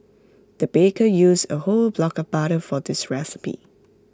the baker used A whole block of butter for this recipe